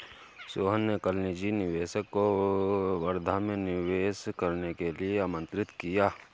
सोहन ने कल निजी निवेशक को वर्धा में निवेश करने के लिए आमंत्रित किया